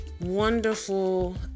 wonderful